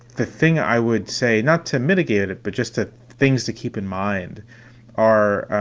the thing i would say not to mitigate it, but just to things to keep in mind are,